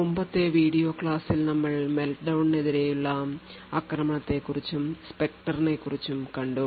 മുമ്പത്തെ വീഡിയോ ക്ലാസ്സിൽ ഞങ്ങൾ Meltdown നെതിരെയുള്ള ആക്രമണത്തെക്കുറിച്ചും spectre നെക്കുറിച്ചും കണ്ടു